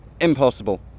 impossible